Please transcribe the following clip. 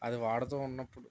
అది వాడుతు ఉన్నపుడు